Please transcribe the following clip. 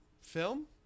film